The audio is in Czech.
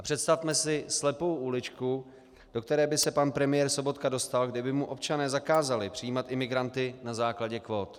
Představme si slepou uličku, do které by se pan premiér Sobotka dostal, kdyby mu občané zakázali přijímat imigranty na základě kvót.